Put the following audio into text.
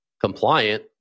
compliant